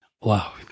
Wow